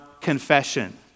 confession